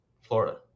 florida